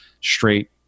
straight